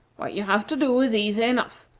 what you have to do is easy enough.